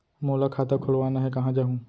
मोला खाता खोलवाना हे, कहाँ जाहूँ?